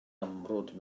amrwd